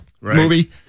movie